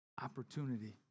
Opportunity